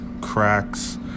cracks